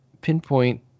pinpoint